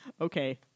okay